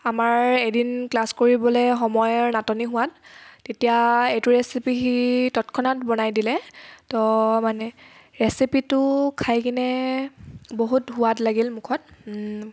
আমাৰ এদিন ক্লাছ কৰিবলৈ সময়ৰ নাটনি হোৱাত তেতিয়া এইটো ৰেচিপি তৎক্ষণাত বনাই দিলে ত মানে ৰেচিপিটো খাইকেনে বহুত সোৱাদ লাগিল মুখত